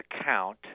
account